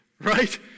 Right